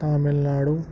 Tamil Nadu